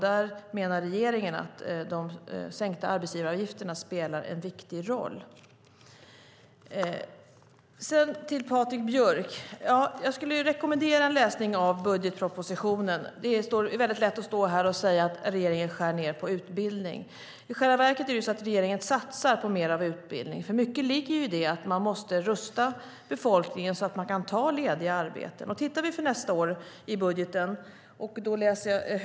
Där menar regeringen att de sänkta arbetsgivaravgifterna spelar en viktig roll. Jag vill rekommendera Patrik Björck att läsa budgetpropositionen. Det är väldigt lätt att stå här och säga att regeringen skär ned på utbildning. I själva verket satsar regeringen på mer utbildning. Det ligger mycket i att man måste rusta befolkningen så att människor kan ta lediga arbeten. Jag läser högt ur budgeten för nästa år.